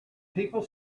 people